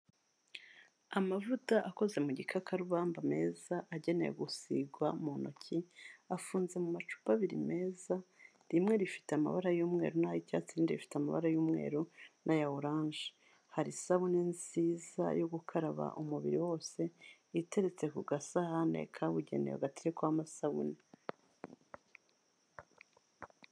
Amavuta akoze mu gikakarubamba meza agenewe gusigwa mu ntoki, afunze mu macupa abiri meza, rimwe rifite amabara y'umweru n'icyatsi, irindi rifite amabara y'umweru n'aya orange. Hari isabune nziza yo gukaraba umubiri wose, iteretse ku gasahani kabugenewe gaterekwaho amasabune.